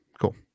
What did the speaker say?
Cool